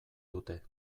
dute